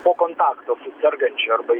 po kontakto su sergančiu arba